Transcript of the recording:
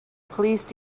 police